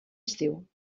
estiu